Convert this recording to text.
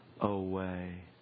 away